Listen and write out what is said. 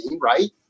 right